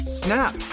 snap